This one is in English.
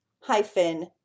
hyphen